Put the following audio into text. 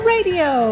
Radio